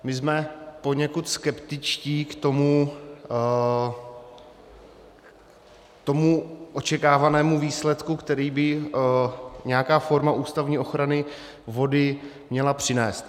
My jsme poněkud skeptičtí k tomu očekávanému výsledku, který by nějaká forma ústavní ochrany vody měla přinést.